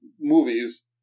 movies